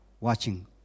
watching